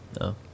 no